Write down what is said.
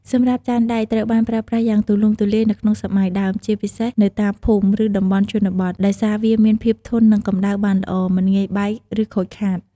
សម្រាប់ចានដែក ត្រូវបានប្រើប្រាស់យ៉ាងទូលំទូលាយនៅក្នុងសម័យដើម ជាពិសេសនៅតាមភូមិ ឬតំបន់ជនបទ ដោយសារវាមានភាពធន់នឹងកម្ដៅបានល្អ មិនងាយបែក ឬខូចខាត។